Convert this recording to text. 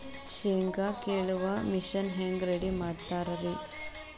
ಶೇಂಗಾ ಕೇಳುವ ಮಿಷನ್ ಹೆಂಗ್ ರೆಡಿ ಮಾಡತಾರ ರಿ?